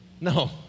No